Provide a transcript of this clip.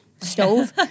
stove